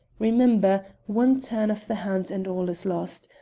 remember, one turn of the hand and all is lost.